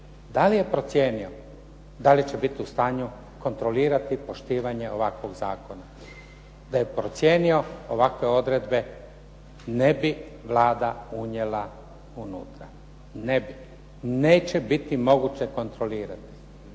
da li je procijenio da li će biti u stanju kontrolirati poštivanje ovakvog zakona. Da je procijenio ovakve odredbe ne bi Vlada unijela unutra, ne bi. Neće biti moguće kontrolirati